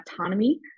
autonomy